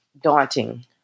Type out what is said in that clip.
daunting